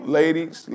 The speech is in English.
ladies